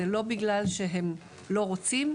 זה לא בגלל שהם לא רוצים,